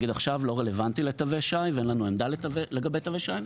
לא רלוונטי לתווי שי; אין לנו עמדה לגבי תווי שי,